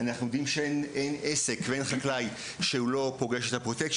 אנחנו יודעים שאין עסק ואין חקלאי שלא משלם Protection,